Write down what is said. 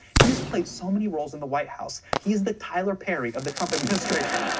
he has played so many roles in the white house, he is the tyler perry of the trump administration.